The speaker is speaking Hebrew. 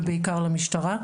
ובעיקר למשטרה.